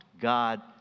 God